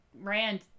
Rand